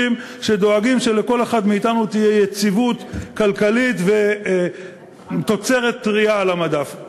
שדואגים שלכל אחד מאתנו תהיה יציבות כלכלית ותוצרת טרייה על המדף.